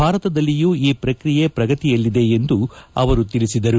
ಭಾರತದಲ್ಲಿಯೂ ಈ ಪ್ರಕ್ರಿಯೆ ಪ್ರಗತಿಯಲ್ಲಿದೆ ಎಂದು ಅವರು ತಿಳಿಸಿದ್ದಾರೆ